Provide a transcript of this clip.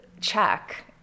check